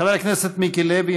חבר הכנסת מיקי לוי,